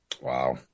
Wow